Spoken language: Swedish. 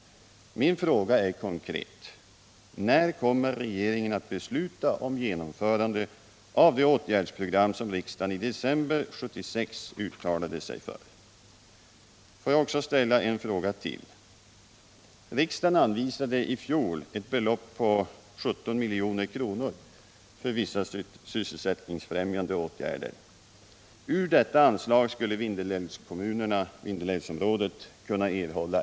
Min fråga är konkret: När kommer regeringen att besluta om genomförande av det åtgärdsprogram som riksdagen i december 1976 uttalade sig för? Får jag ställa en fråga till.